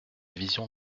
vision